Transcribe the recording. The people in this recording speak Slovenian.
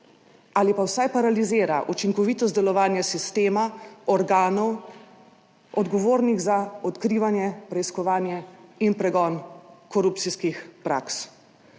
ali pa vsaj paralizira učinkovitost delovanja sistema organov, odgovornih za odkrivanje, preiskovanje in pregon korupcijskih praks.